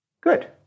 Good